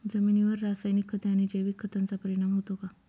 जमिनीवर रासायनिक खते आणि जैविक खतांचा परिणाम होतो का?